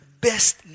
best